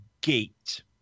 gate